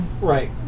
Right